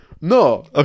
No